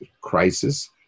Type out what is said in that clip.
crisis